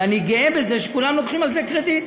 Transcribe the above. ואני גאה בזה שכולם לוקחים על זה קרדיט,